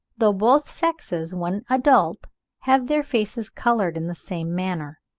though both sexes when adult have their faces coloured in the same manner.